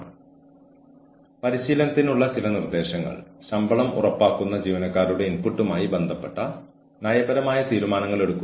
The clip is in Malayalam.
അതിനാൽ ജോലികൾ രൂപകൽപ്പന ചെയ്തിട്ടുണ്ടെങ്കിൽ ജീവനക്കാർക്ക് ഇതിനകം ഉള്ളതെന്തും ഉപയോഗിക്കാൻ കഴിയും